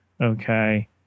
okay